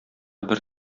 бер